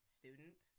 student